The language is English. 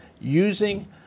using